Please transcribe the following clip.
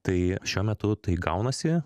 tai šiuo metu tai gaunasi